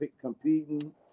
competing